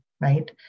right